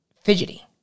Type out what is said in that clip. fidgety